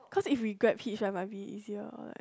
cause if we grab hitch right it might be easier or like